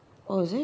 oh is it